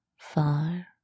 far